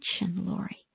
Lori